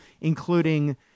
including